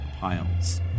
piles